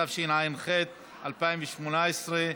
התשע"ח 2018,